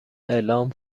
اعلام